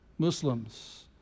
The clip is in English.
Muslims